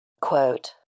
quote